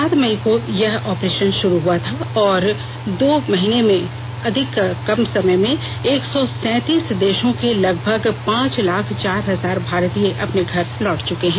सात मई को यह ऑपरेशन शरू हआ था और दो महीने से भी कम समय में एक सौ सैंतीस देशों के लगभग पांच लाख चार हजार भारतीय अपने घर लौट चुके हैं